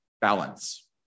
balance